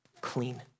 clean